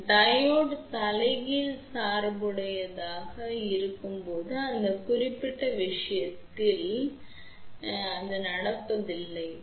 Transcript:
diode தலைகீழ் சார்புடையதாக இருக்கும்போது அந்த குறிப்பிட்ட விஷயத்தில் இப்போது அது நடப்பதில்லை என்று என்ன நடக்கிறது